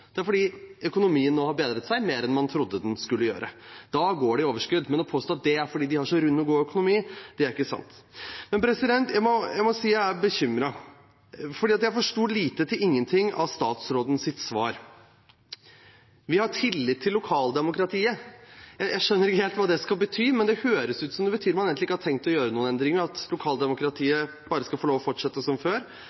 Det er fordi økonomien nå har bedret seg mer enn man trodde den skulle gjøre. Da går de i overskudd. Men å påstå at det er fordi de har så rund og god økonomi – det er ikke sant. Jeg må si jeg er bekymret, for jeg forsto lite til ingenting av statsrådens svar – vi har tillit til lokaldemokratiet. Jeg skjønner ikke helt hva det skal bety, men det høres ut som det betyr at man egentlig ikke har tenkt å gjøre noen endringer, og at